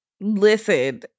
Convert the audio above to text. Listen